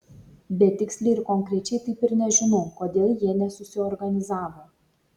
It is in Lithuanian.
bet tiksliai ir konkrečiai taip ir nežinau kodėl jie nesusiorganizavo